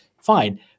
fine